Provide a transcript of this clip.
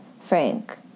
Frank